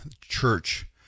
church